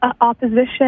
opposition